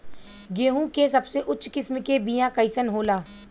गेहूँ के सबसे उच्च किस्म के बीया कैसन होला?